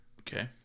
Okay